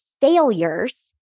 failures